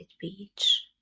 beach